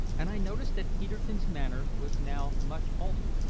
and i noticed that peterkin's manner was now much altered.